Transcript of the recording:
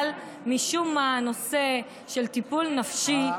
אבל משום מה הנושא של טיפול נפשי,